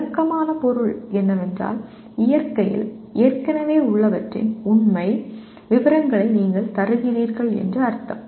விளக்கமான பொருள் என்னவென்றால் இயற்கையில் ஏற்கனவே உள்ளவற்றின் உண்மை விவரங்களை நீங்கள் தருகிறீர்கள் என்று அர்த்தம்